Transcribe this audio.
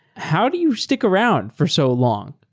how do you stick around for so long?